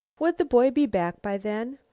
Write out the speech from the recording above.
would the boy be back by then,